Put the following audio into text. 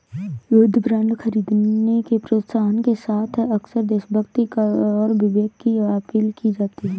युद्ध बांड खरीदने के प्रोत्साहन के साथ अक्सर देशभक्ति और विवेक की अपील की जाती है